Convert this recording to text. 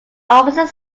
opposite